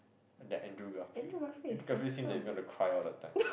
that Andrew-Garfield Andrew-Garfield seems like he gonna cry all the time